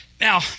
Now